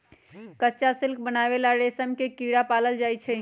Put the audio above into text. कच्चा सिल्क बनावे ला रेशम के कीड़ा पालल जाई छई